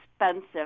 expensive